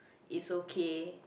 is okay